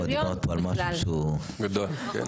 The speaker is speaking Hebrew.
תודה.